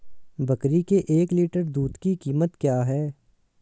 बकरी के एक लीटर दूध की कीमत क्या है?